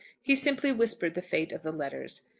he simply whispered the fate of the letters.